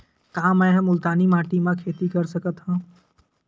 का मै ह मुल्तानी माटी म खेती कर सकथव?